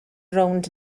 rownd